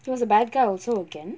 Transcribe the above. he was a bad guy also again